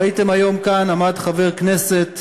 ראיתם היום כאן, עמד חבר כנסת,